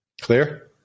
Clear